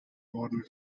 worden